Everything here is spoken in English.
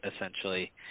Essentially